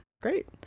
Great